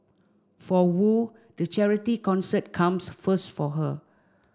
for Wu the charity concert comes first for her